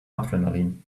adrenaline